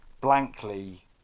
blankly